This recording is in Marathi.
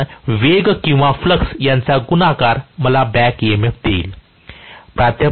कारण वेग आणि फ्लक्स यांचा गुणाकार मला बॅक ईएमएफ देईल